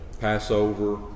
Passover